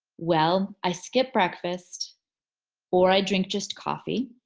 well, i skip breakfast or i drink just coffee.